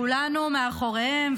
כולנו מאחוריהם,